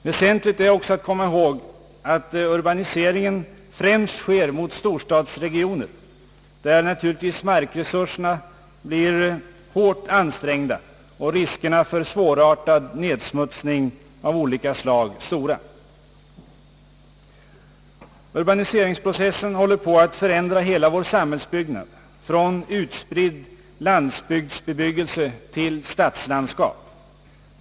Väsentligt är också att komma ihåg att urbaniseringen främst sker mot storstadsregionerna, där naturligtvis markresurserna blir speciellt hårt ansträngda, och riskerna för svårartad nedsmutsning av olika slag stora. Urbaniseringsprocessen håller på att förändra hela vår samhällsbyggnad från utspridd landsbygdsbebyggelse till stadslandskap.